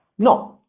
no.